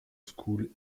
school